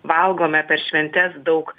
valgome per šventes daug